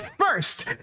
first